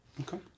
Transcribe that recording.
Okay